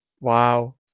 Wow